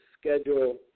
schedule